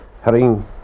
herring